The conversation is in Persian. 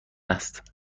است